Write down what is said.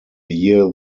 year